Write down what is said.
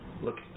Look